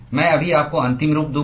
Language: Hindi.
मैं अभी आपको अंतिम रूप दूंगा